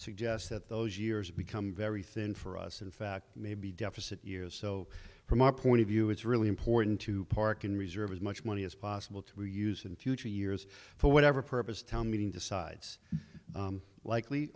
suggest that those years become very thin for us in fact maybe deficit years so from our point of view it's really important to park in reserve as much money as possible to use in future years for whatever purpose town meeting decides likely